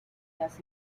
las